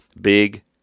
Big